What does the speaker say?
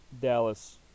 Dallas